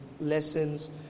Lessons